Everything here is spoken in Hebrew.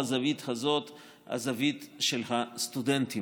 שהיא יפה למאמר עיתונאי אבל לא מסתדרת